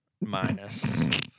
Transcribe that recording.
minus